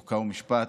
חוק ומשפט,